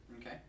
Okay